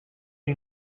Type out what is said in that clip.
you